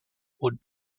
would